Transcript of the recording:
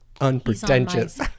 unpretentious